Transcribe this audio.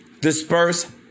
disperse